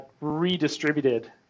redistributed